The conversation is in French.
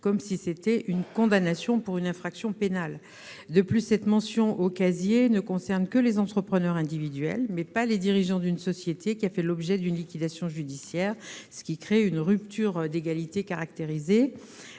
comme si c'était une condamnation pour une infraction pénale. De plus, cette mention au casier judiciaire ne concerne que les entrepreneurs individuels, mais pas les dirigeants d'une société qui a fait l'objet d'une liquidation judiciaire, ce qui crée une rupture d'égalité caractérisée.